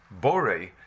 b'ore